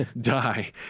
die